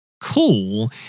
cool